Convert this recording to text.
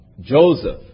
Joseph